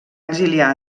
exiliar